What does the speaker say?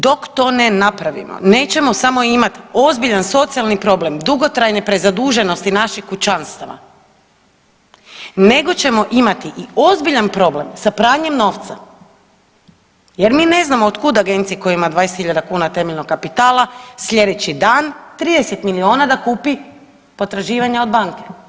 Dakle, dok to ne napravimo nećemo samo imati ozbiljan socijalni problem, dugotrajne prezaduženosti naših kućanstava nego ćemo imati i ozbiljan problem sa pranjem novca jer mi ne znamo od kud agencija koja ima 20.000 kuna temeljnog kapitala sljedeći dan 30 milijuna da kupi potraživanja od banke.